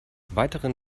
weiteren